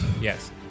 Yes